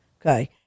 Okay